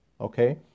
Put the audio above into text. okay